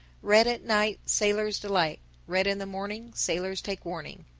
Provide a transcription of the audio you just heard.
red at night sailor's delight red in the morning, sailors take warning.